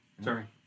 Sorry